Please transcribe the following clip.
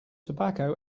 tobacco